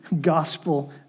gospel